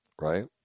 Right